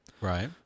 Right